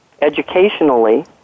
Educationally